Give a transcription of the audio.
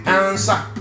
answer